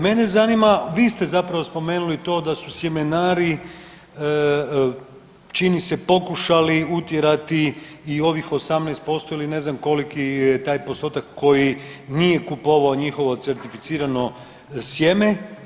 Mene zanima, vi ste zapravo spomenuli to da su sjemenari čini se pokušali utjerati i ovih 18% ili ne znam koliki je taj postotak koji nije kupovao njihovo certificirano sjeme.